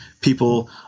people